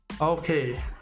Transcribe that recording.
Okay